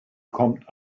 kommt